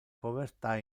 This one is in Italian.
povertà